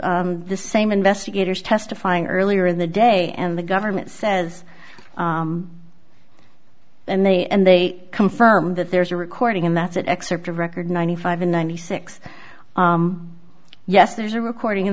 two the same investigators testifying earlier in the day and the government says and they and they confirmed that there's a recording and that that excerpt of record ninety five ninety six yes there's a recording